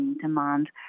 demand